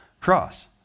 cross